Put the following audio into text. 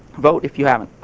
vote if you haven't.